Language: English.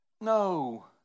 no